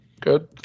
Good